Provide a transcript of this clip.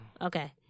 Okay